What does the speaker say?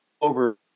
Over